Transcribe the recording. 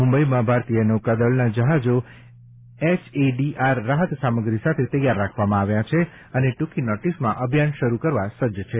મુંબઈમાં ભારતીય નૌકા દળનાં જહાજો એચએડીઆરરાહત સામગ્રી સાથે તેયાર રાખવામાં આવ્યા છે અને ટૂંકી નોટિસમાં અભિયાન શરૂ કરવા સજ્જ છે